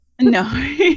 No